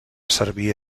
servir